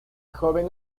joven